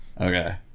Okay